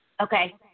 Okay